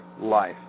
Life